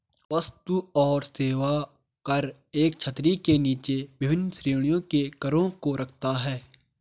वस्तु और सेवा कर एक छतरी के नीचे विभिन्न श्रेणियों के करों को रखता है